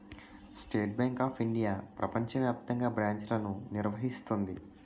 state bank of India ప్రపంచ వ్యాప్తంగా బ్రాంచ్లను నిర్వహిస్తుంది